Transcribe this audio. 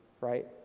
Right